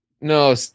No